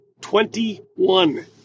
Twenty-one